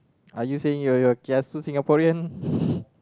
are you saying you're you're kiasu Singaporean